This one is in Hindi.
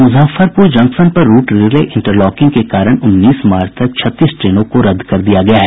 मुजफ्फरपुर जंक्शन पर रूट रिले इंटरलॉकिंग के कारण उन्नीस मार्च तक छत्तीस ट्रेनों को रद्द कर दिया गया है